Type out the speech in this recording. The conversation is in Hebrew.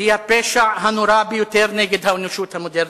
היא הפשע הנורא ביותר נגד האנושות המודרנית,